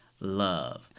love